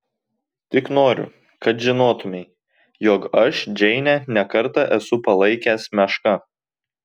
tik noriu kad žinotumei jog aš džeinę ne kartą esu palaikęs meška